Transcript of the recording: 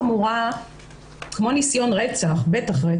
אז הייתה שכנראה זה היה משהו בתוך הקהילה ולא